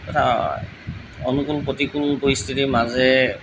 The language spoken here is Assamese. এটা অনুকূল প্ৰতিকূল পৰিস্থিতিৰ মাজেৰে